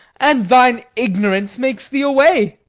and thine ignorance makes thee away.